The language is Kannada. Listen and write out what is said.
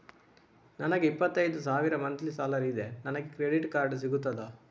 ನನಗೆ ಇಪ್ಪತ್ತೈದು ಸಾವಿರ ಮಂತ್ಲಿ ಸಾಲರಿ ಇದೆ, ನನಗೆ ಕ್ರೆಡಿಟ್ ಕಾರ್ಡ್ ಸಿಗುತ್ತದಾ?